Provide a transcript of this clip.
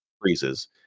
freezes